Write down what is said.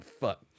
fuck